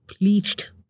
bleached